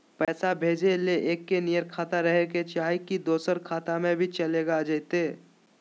पैसा भेजे ले एके नियर खाता रहे के चाही की दोसर खाता में भी चलेगा जयते?